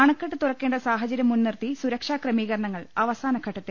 അണക്കെട്ട് തുറക്കേണ്ട സാഹചര്യം മുൻനിർത്തി സുരക്ഷാ ക്രമീകരണങ്ങൾ അവസാനഘട്ടത്തിൽ